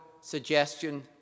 suggestion